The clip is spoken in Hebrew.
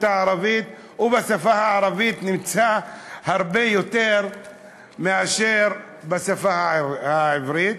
הערבית ובשפה הערבית הרבה יותר מאשר בשפה העברית.